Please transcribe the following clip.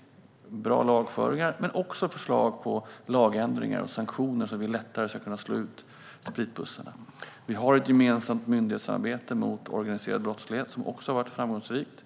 Det handlar om bra lagföring men också om förslag på lagändringar och sanktioner så att vi lättare ska kunna slå ut spritbussarna. Vi har ett gemensamt myndighetsarbete mot organiserad brottslighet som också har varit framgångsrikt.